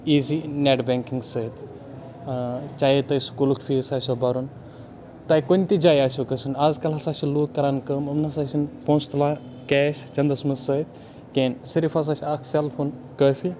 easy net banking سۭتۍ چاہے تُہۍ سکوٗلُک فیٖس آسیو بَرُن تۄہہِ کُنہِ تہِ جایہِ آسیو گژھُن آز کل ہسا چھِ لوٗکھ کران کٲم یِم نسا چھِ پونسہٕ تُلان کیش چَندَس منٛز سۭتۍ کِہینۍ صِرف ہسا چھُ اکھ سیلفون کٲفی